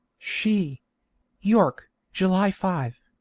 she york, july five.